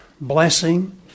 blessing